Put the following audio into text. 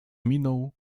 minął